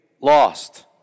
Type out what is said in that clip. lost